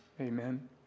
Amen